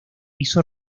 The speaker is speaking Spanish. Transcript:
hizo